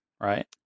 Right